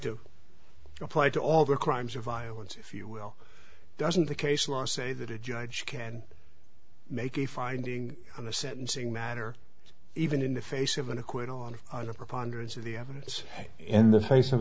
to apply to all the crimes of violence if you will doesn't the case law say that a judge can make a finding on the sentencing matter even in the face of an acquittal on a preponderance of the evidence in the face of